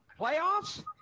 playoffs